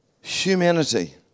humanity